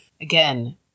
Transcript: again